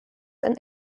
and